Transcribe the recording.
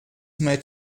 made